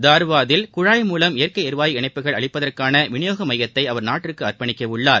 தா்வாதில் குழாய் மூலம் இய்ற்கை எரிவாயு இணைப்புகள் அளிப்பதற்கான விநியோக மையத்தை அவர் நாட்டுக்கு அர்ப்பணிக்கவுள்ளார்